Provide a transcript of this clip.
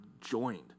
joined